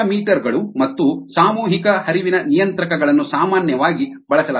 rotameter ಗಳು ಮತ್ತು ಸಾಮೂಹಿಕ ಹರಿವಿನ ನಿಯಂತ್ರಕಗಳನ್ನು ಸಾಮಾನ್ಯವಾಗಿ ಬಳಸಲಾಗುತ್ತದೆ